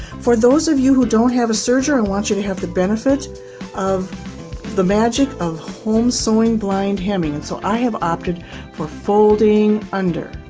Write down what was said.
for those of you who don't have a serger, i and want you to have the benefit of the magic of home sewing blind hemming, and so i have opted for folding under.